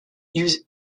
use